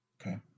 Okay